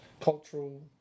cultural